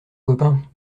copain